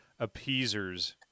appeasers